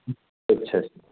ਅੱਛਾ